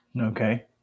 Okay